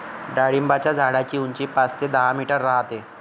डाळिंबाच्या झाडाची उंची पाच ते दहा मीटर राहते